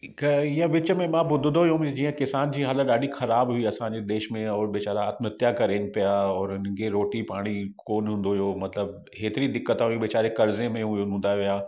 हिक ईअं विच में मां ॿुधंदो हुयमि जीअं किसान जी हालति ॾाढी ख़राबु हुई असांजे देश में और बेचारा आतमहत्या करनि पिया और उन्हनि खे रोटी पाणी कोन हूंदो हुयो मतिलबु हेतिरी दिक़त हुई बेचारे कर्ज़े उहे हूंदा हुया